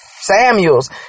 Samuels